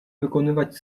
wykonywać